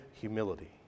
humility